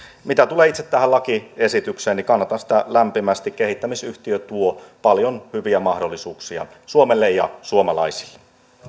mitä tulee itse tähän lakiesitykseen niin kannatan sitä lämpimästi kehittämisyhtiö tuo paljon hyviä mahdollisuuksia suomelle ja suomalaisille